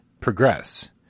progress